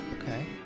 okay